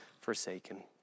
forsaken